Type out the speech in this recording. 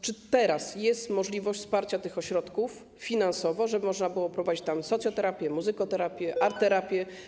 Czy jest jednak teraz możliwość wsparcia tych ośrodków finansowo, tak żeby można było prowadzić tam socjoterapię, muzykoterapię, arteterapię?